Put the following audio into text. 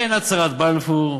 אין הצהרת בלפור,